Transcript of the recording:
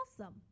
Awesome